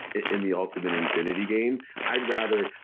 in the ultimate infinity game i'd rather,